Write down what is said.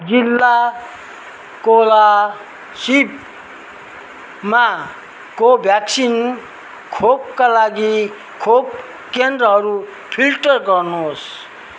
जिल्ला कोलासिबमा कोभ्याक्सिन खोपका लागि खोप केन्द्रहरू फिल्टर गर्नुहोस्